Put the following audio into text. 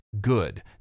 good